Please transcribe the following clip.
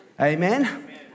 Amen